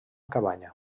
cabanya